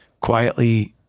quietly